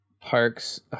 Parks